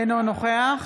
אינו נוכח